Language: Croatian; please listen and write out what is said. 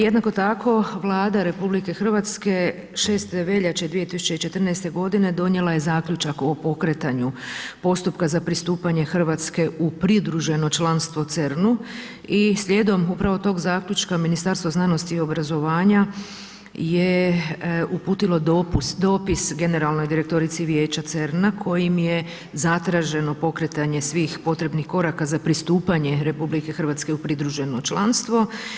Jednako tako Vlada RH 6. veljače 2014. godine donijela je zaključak o pokretanju postupka za pristupanje Hrvatske u pridruženo članstvo CERN-u i slijedom upravo tog zaključka Ministarstva znanosti i obrazovanja je uputilo dopis generalnog direktorici vijeća CERN-a kojim je zatraženo pokretanje svih potrebnih koraka za pristupanje RH u pridruženo članstvo.